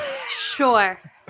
Sure